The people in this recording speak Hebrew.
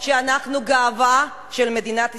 שאנחנו גאווה של מדינת ישראל.